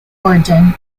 origin